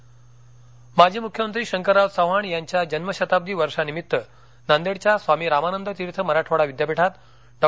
अध्यासन माजी मुख्यमंत्री शंकरराव चव्हाण यांच्या जन्मशताब्दी वर्षांनिमित्त नांदेडच्या स्वामी रामानंद तीर्थ मराठवाडा विद्यापीठात डॉ